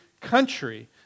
country